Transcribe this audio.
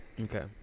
Okay